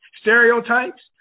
stereotypes